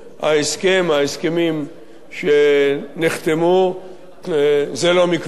ההסכמים שנחתמו לא מכבר,